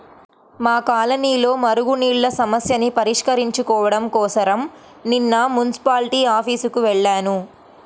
మా కాలనీలో మురుగునీళ్ళ సమస్యని పరిష్కరించుకోడం కోసరం నిన్న మున్సిపాల్టీ ఆఫీసుకి వెళ్లాను